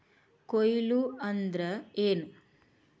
ಕೊಯ್ಲು ಅಂದ್ರ ಏನ್?